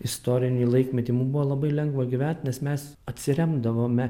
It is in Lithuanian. istorinį laikmetį mum buvo labai lengva gyvent nes mes atsiremdavome